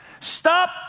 stop